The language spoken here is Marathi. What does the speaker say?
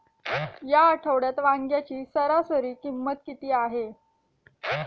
या आठवड्यात वांग्याची सरासरी किंमत किती आहे?